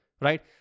right